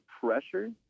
pressure